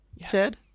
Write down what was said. Ted